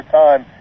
time